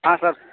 હા સર